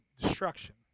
destruction